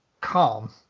calm